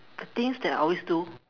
the things that I always do